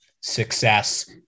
success